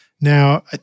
Now